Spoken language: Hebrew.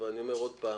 אבל אני אומר עוד פעם